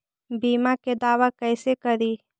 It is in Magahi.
बीमा के दावा कैसे करी?